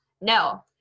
no